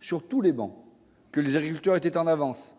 sur tous les bancs, que les agriculteurs étaient en avance